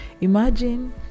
imagine